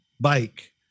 bike